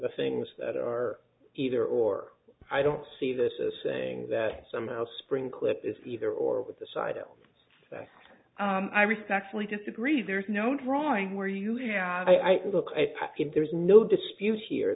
the things that are either or i don't see this as saying that somehow spring clip is either or with the side of i respectfully disagree there is no drawing where you have i look at it there is no dispute here